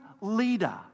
leader